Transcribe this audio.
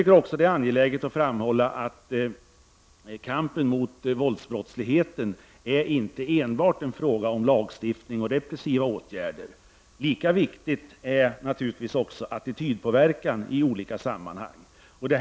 Det är också angeläget att framhålla att kampen mot våldsbrottsligheten inte enbart är en fråga om lagstiftning och repressiva åtgärder. Lika viktig är naturligtvis också attitydpåverkan i olika sammanhang.